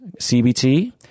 CBT